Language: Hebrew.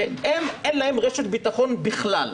שלהם אין רשת ביטחון בכלל.